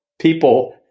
people